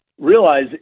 realize